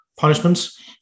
punishments